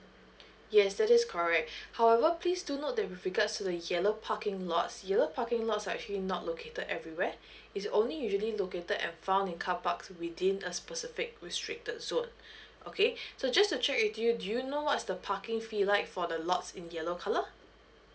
yes that is correct however please do note that with regards to the yellow parking lots yellow parking lots are actually not located everywhere it's only usually located and found in car parks within a specific restricted zone okay so just to check with you do you know what's the parking fee like for the lots in yellow colour